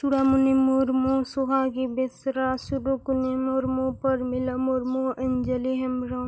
Churamuni Murmu Sohagi Besra Subukoni Murmu Parmila Murmu Anjali Hembrom